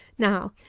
now,